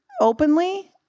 openly